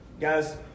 Guys